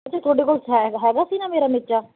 ਅੱਛਾ ਤੁਹਾਡੇ ਕੋਲ ਹੈ ਹੈਗਾ ਸੀ ਨਾ ਮੇਰਾ ਮੇਚਾ